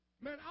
Man